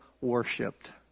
worshipped